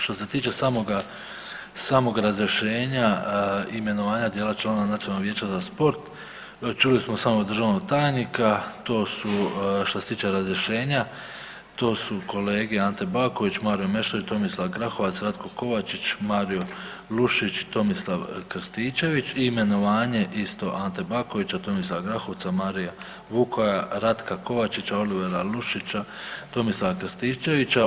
Što se tiče samoga, sam razrješenja i imenovanja dijela članova Nacionalnog vijeća za sport čuli smo samo državnog tajnika, to su šta se tiče razrješenja to su kolega Ante Baković, Mario Meštrović, Tomislav Grahovac, Ratko Kovačić, Mario Lušić i Tomislav Krističević i imenovanje isto Ante Bakovića, Tomislava Grahovca, Marija Vukoja, Ratka Kovačića, Olivera Lušića, Tomislava Krističevića.